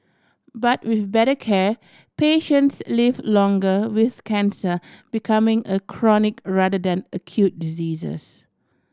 but with better care patients live longer with cancer becoming a chronic rather than acute diseases